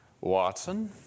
Watson